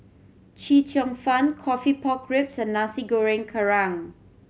Chee Cheong Fun coffee pork ribs and Nasi Goreng Kerang